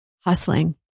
hustling